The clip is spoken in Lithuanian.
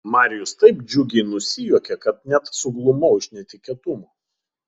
marijus taip džiugiai nusijuokė kad net suglumau iš netikėtumo